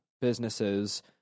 businesses